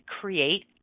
create